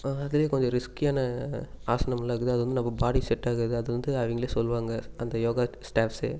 அப்புறோம் அதிலயும் கொஞ்சம் ரிஸ்க்கியான ஆசனமெல்லாம் இருக்குது அது வந்து நம்ம பாடிக்கு செட்டாகாது அது வந்து அவங்களே சொல்லுவாங்கள் அந்த யோகா ஸ்டாஃப்சே